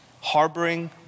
Harboring